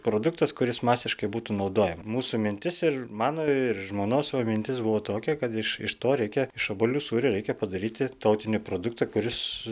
produktas kuris masiškai būtų naudojam mūsų mintis ir mano ir žmonos va mintis buvo tokia kad iš iš to reikia iš obuolių sūrio reikia padaryti tautinį produktą kuris